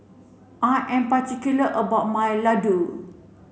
I am particular about my Laddu